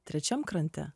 trečiam krante